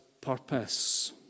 purpose